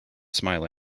smiling